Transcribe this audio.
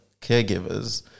caregivers